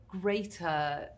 greater